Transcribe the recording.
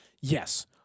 yes